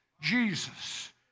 Jesus